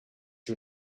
you